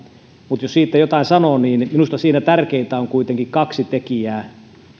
mutta jos siitä jotain sanoo niin minusta siinä tärkeintä on kuitenkin kaksi tekijää